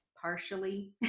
partially